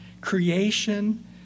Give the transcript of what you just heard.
creation